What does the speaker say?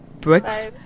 bricks